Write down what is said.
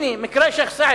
הנה, מקרה שיח'-סעד,